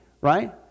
right